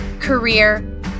career